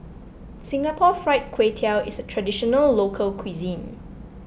Singapore Fried Kway Tiao is a Traditional Local Cuisine